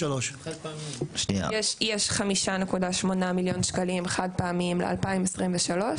יש 5.8 מיליון שקלים חד פעמיים ל-2023.